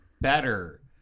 better